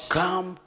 come